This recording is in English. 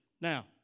Now